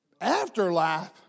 Afterlife